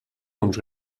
uns